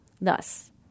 Thus